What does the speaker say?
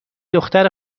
دختر